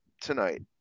tonight